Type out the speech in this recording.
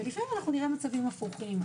לפעמים נראה מצבים הפוכים.